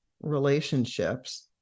relationships